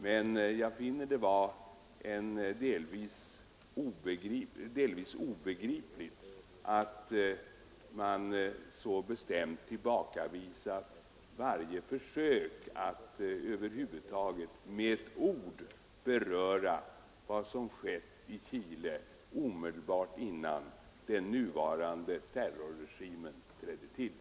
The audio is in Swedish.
Men jag finner det rent obegripligt att de borgerliga utskottsledamöterna så bestämt tillbakavisat varje försök att över huvud taget med några ord beröra vad som skett i Chile omedelbart innan den nuvarande terrorregimen trädde till.